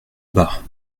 bas